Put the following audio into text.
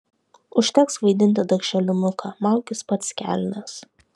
užteks vaidinti darželinuką maukis pats kelnes